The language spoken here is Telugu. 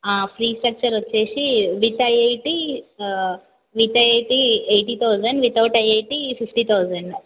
ఫీజ్ స్ట్రక్చర్ వచ్చేసి with IIT with IIT eighty thousand without IIT fifty thousand